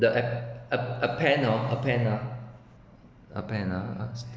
the a a a plan ah a plan ah a plan ah